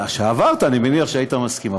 כשעברת, אני מניח שהיית מסכים.